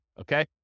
okay